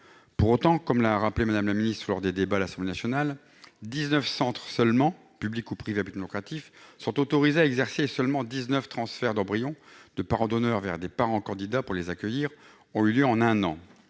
Pour autant, comme l'a rappelé Mme la ministre lors des débats à l'Assemblée nationale, seulement 19 centres, publics ou privés à but non lucratif, sont autorisés à exercer et seulement 19 transferts d'embryons de parents donneurs vers des parents candidats pour les accueillir ont été comptabilisés en un an.